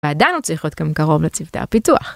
ועדיין הוא צריך עוד גם קרוב לצוותי הפיתוח.